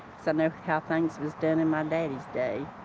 so know how things was done in my daddy's day.